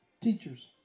teachers